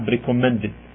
recommended